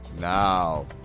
Now